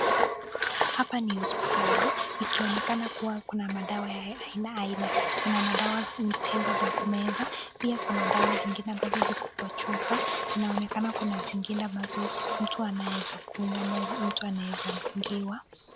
Hapa ni hospitali ikionekana kuwa kuna madawa ya aina aina. Kuna madawa tembe za kumeza pia kuna dawa zingine ambazo ziko kwa chupa. Inaonekana kuna zingine ambazo mtu anaweza kunywa ama mtu anaweza dungiwa.